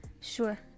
Sure